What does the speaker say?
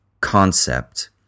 concept